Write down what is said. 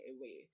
away